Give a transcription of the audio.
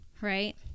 Right